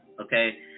okay